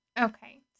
Okay